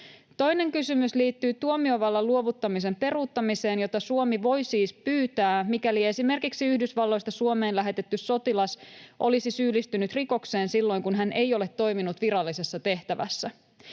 Toinen kysymys liittyy tuomiovallan luovuttamisen peruuttamiseen, jota Suomi voi siis pyytää, mikäli esimerkiksi Yhdysvalloista Suomeen lähetetty sotilas olisi syyllistynyt rikokseen silloin, kun hän ei ole toiminut virallisessa tehtävässä.